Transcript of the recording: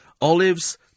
olives